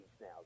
now